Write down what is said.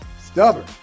Stubborn